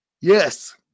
Yes